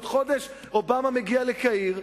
בעוד חודש אובמה מגיע לקהיר,